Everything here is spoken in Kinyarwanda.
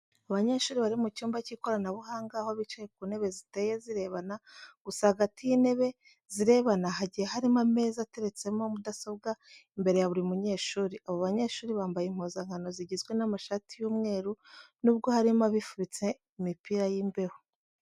Abanyeshuri bari mu cyumba cy'ikoranabuhanga aho bicaye ku ntebe ziteye zirebana gusa hagati y'intebe zirebana hagiye harimo ameza ateretseho mudasobwa imbere ya buri munyeshuri. Abo banyeshuri bambaye impuzankano zigizwe n'amashati y'umweru nubwo harimo abifubitse imipira y'imbeho.